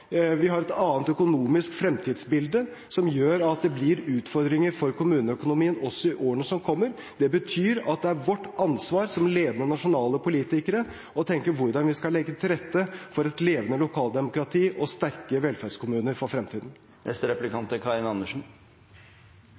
Vi har et annet økonomisk fremtidsbilde, som gjør at det blir utfordringer for kommuneøkonomien også i årene som kommer. Det betyr at det er vårt ansvar som ledende nasjonale politikere å tenke på hvordan vi skal legge til rette for et levende lokaldemokrati og sterke velferdskommuner i fremtiden. Nå viser mange undersøkelser at det ikke er